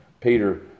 Peter